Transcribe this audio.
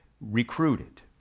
recruited